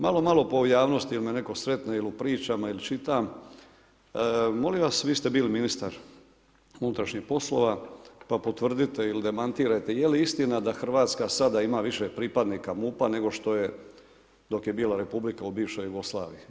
Malo, malo pa u javnosti jer me netko sretne ili u pričama ili čitam, molim vas vi ste bili ministar unutrašnjih poslova pa potvrdite ili demantirajte je li istina da Hrvatska sada ima više pripadnika MUP-a nego što je, dok je bila Republika u bivšoj Jugoslaviji?